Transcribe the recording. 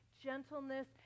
gentleness